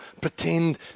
pretend